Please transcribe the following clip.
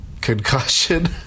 concussion